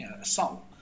assault